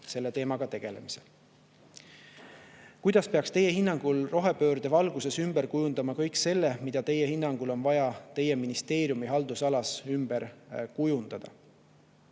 selle teemaga tegelemisel. "Kuidas peaks Teie hinnangul rohepöörde valguses ümber kujundama kõik selle, mida Teie hinnangul on vaja Teie ministeeriumi haldusalas ümber kujundada?"